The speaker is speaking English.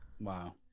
Wow